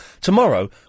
tomorrow